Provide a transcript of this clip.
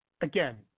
again